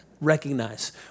recognize